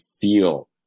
feel